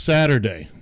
Saturday